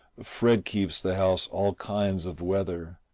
fred keeps the house all kinds of weather,